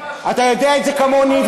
אתה יודע את זה כמוני,